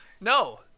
no